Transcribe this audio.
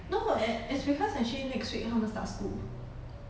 no a~ is because actually next week 他们 start school